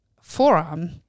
forearm